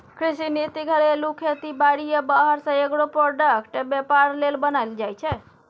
कृषि नीति घरेलू खेती बारी आ बाहर सँ एग्रो प्रोडक्टक बेपार लेल बनाएल जाइ छै